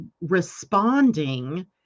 responding